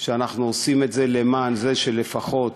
שאנחנו עושים את זה למען זה שלפחות,